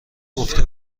گفته